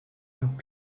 und